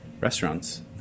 restaurants